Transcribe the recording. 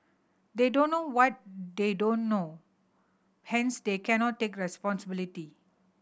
they don't know what they don't know hence they cannot take responsibility